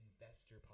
investor